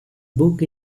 book